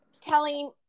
telling